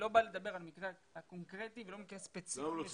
אני לא בא לדבר על המקרה הקונקרטי ולא על מקרה ספציפי מסוים,